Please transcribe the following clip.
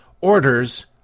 orders